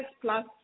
plus